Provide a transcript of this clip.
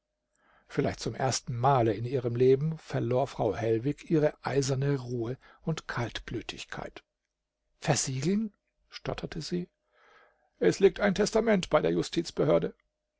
vielleicht zum erstenmale in ihrem leben verlor frau hellwig ihre eiserne ruhe und kaltblütigkeit versiegeln stotterte sie es liegt ein testament bei der justizbehörde